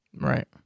Right